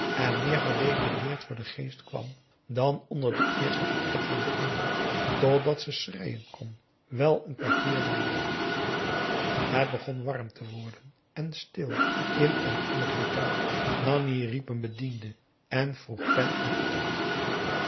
en meer gedetailleerd voor den geest kwam dan onder den eersten verpletterenden indruk totdat ze schreien kon wel n kwartier lang het begon warm te worden en stil in en om het hotel nanni riep een bediende en vroeg pen en inkt